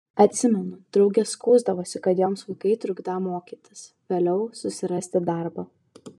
atsimenu draugės skųsdavosi kad joms vaikai trukdą mokytis vėliau susirasti darbą